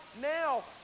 now